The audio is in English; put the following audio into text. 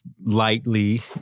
lightly